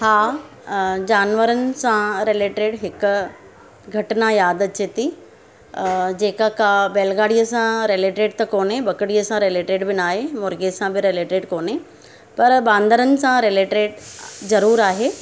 हा जानवरनि सां रिलेटेड हिक घटना याद अचे थी जेका का बेलगाॾीअ सां रिलेटेड त कोन्हे ॿकिड़ीअ सां रिलेटेड बि नाहे मुर्गीअ सां रिलेटेड बि कोन्हे पर बांदरनि सां रिलेट्रेट ज़रूरु आहे